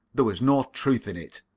there was no truth in it.